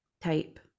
type